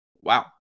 Wow